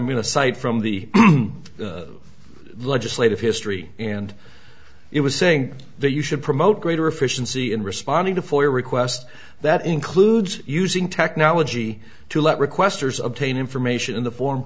mean aside from the legislative history and it was saying that you should promote greater efficiency in responding to for your request that includes using technology to let requesters obtain information in the form